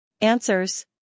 Answers